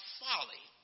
folly